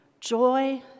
joy